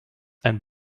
ein